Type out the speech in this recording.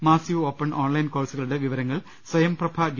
massive open online കോഴ്സുകളുടെ വിവരങ്ങൾ Swayamprabha D